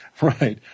Right